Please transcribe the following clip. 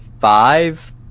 five